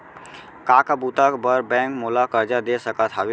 का का बुता बर बैंक मोला करजा दे सकत हवे?